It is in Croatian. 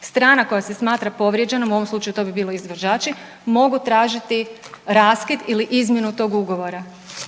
strana koja se smatra povrijeđenom, u ovom slučaju to bi bili izvođači, mogu tražiti raskid ili izmjenu tog ugovora.